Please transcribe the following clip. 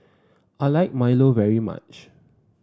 I like Milo very much